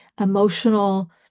emotional